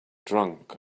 drunk